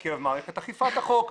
בקרב מערכת אכיפת החוק,